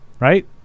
Right